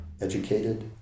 educated